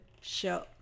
show